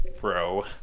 bro